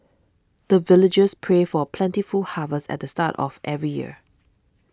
the villagers pray for plentiful harvest at the start of every year